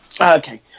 Okay